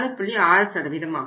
6 ஆகும்